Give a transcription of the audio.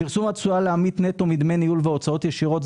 פרסום התשואה לעמית נטו מדמי ניהול והוצאות ישירות,